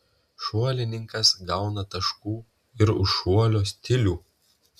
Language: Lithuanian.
šuolininkas gauna taškų ir už šuolio stilių